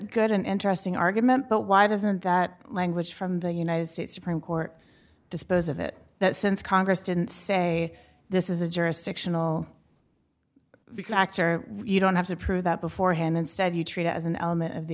good and interesting argument but why doesn't that language from the united states supreme court dispose of it that since congress didn't say this is a jurisdictional because you don't have to prove that beforehand instead you treat it as an